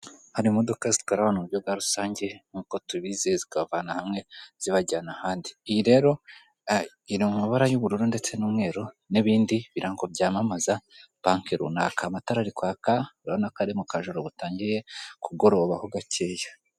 Hari imodoka zitwara abantu mu buryo bwa rusange, nk'uko tubizi zikabavana hamwe zibajyana ahandi. Iyi rero, iri mu mabara y'ubururu ndetse n'umweru n'ibindi birango byamamaza banki runaka. Amatara ari kwaka, urabona ko ari mu kajoro butangiye kugorobaho gakeya.